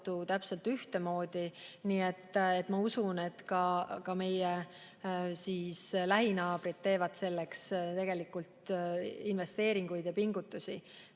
täpselt ühtemoodi. Nii et ma usun, et ka meie lähinaabrid teevad selleks investeeringuid ja pingutusi.